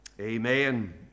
Amen